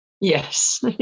Yes